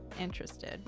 interested